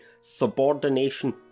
subordination